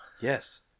Yes